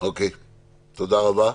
תודה רבה.